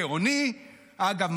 אגב,